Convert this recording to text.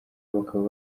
bakaba